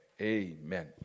Amen